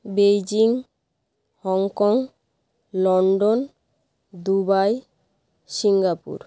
Beijing Hong Kong London Dubai Singapore